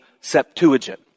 Septuagint